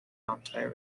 ontario